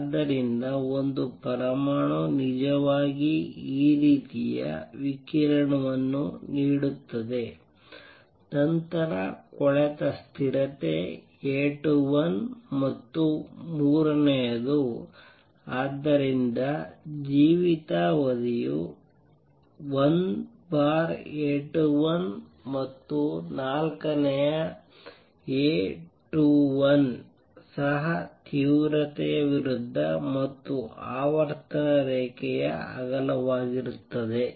ಆದ್ದರಿಂದ ಒಂದು ಪರಮಾಣು ನಿಜವಾಗಿ ಈ ರೀತಿಯ ವಿಕಿರಣವನ್ನು ನೀಡುತ್ತದೆ ನಂತರ ಕೊಳೆತ ಸ್ಥಿರತೆ A21 ಮತ್ತು ಮೂರನೆಯದು ಆದ್ದರಿಂದ ಜೀವಿತಾವಧಿಯು 1A21 ಮತ್ತು ನಾಲ್ಕನೆಯ A21 ಸಹ ತೀವ್ರತೆಯ ವಿರುದ್ಧ ಮತ್ತು ಆವರ್ತನ ರೇಖೆಯ ಅಗಲವಾಗಿರುತ್ತದೆ